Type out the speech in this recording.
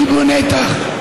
קיבלו נתח.